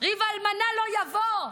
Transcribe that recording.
וריב אלמנה לא יבוא".